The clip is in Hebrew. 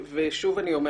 שוב אני אומרת,